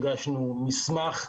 מסמך.